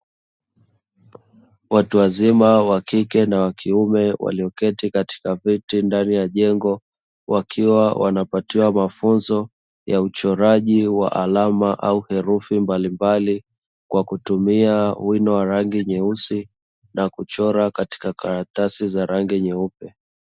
Watu wazima wa kike na wa kiume walioketi katika viti ndani ya jengo, wakiwa wanapatiwa mafunzo ya uchoraji wa alama au herufi mbalimbali kwa kutumia wino wa rangi nyeusi na kuchora katika karatasi za rangi nyeupe.